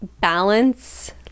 balance